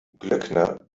glöckner